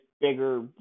bigger